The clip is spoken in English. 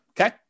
okay